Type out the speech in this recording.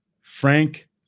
frank